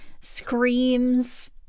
screams